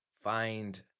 Find